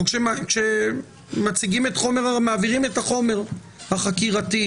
כשמעבירים את החומר החקירתי